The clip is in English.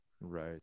Right